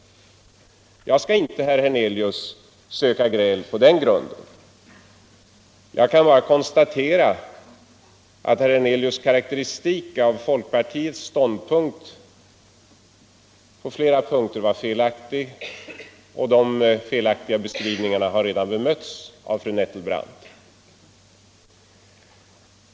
Jag skall inte, herr Hernelius, söka gräl på den grunden. Jag kan bara konstatera att herr Hernelius” karakteristik av folkpartiets ståndpunkt på flera punkter varit felaktig, och de felaktiga beskrivningarna har redan bemötts av fru Nettelbrandt.